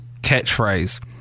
catchphrase